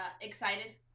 excited